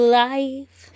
life